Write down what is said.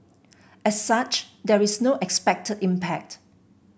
as such there is no expected impact